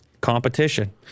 Competition